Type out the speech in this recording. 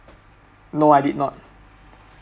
no I did not